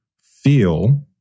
feel